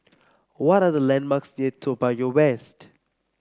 what are the landmarks near Toa Payoh West